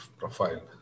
profile